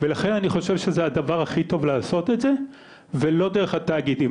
ולכן אני חושב שזה הדבר הכי טוב לעשות את זה ולא דרך התאגידים.